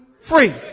free